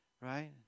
right